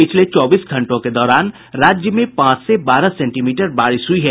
पिछले चौबीस घंटो के दौरान राज्य में पांच से बारह सेंटीमीटर बारिश हुई है